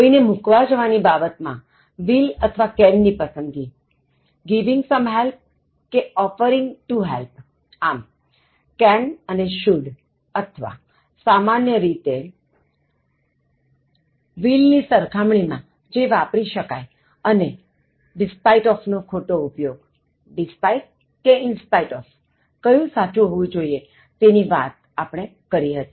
કોઇને મૂકવા જવા ની બાબત માં will અથવા can ની પસંદગી giving some help કે offering to help આમ can અને should અથવા સામાન્ય રીતે will ની સરખામણી માં જે વાપરી શકાય અને despite off નો ખોટો ઉપયોગ despite કે in spite of કયું સાચું હોવું જોઇએ તેની વાત કરી હતી